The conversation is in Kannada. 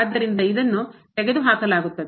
ಆದ್ದರಿಂದ ಇದನ್ನು ತೆಗೆದುಹಾಕಲಾಗುತ್ತದೆ